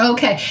Okay